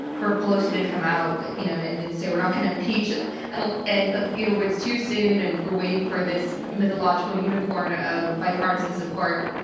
for pelosi to come out, you know, and then say we're not going to impeach and and ah you know, it's too soon and we're waiting for this mythological unicorn of bipartisan support.